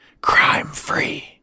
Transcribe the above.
crime-free